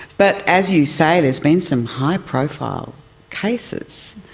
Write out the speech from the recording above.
but, as you say, there's been some high profile cases.